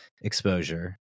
exposure